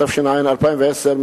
התש"ע 2010,